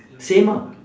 same ah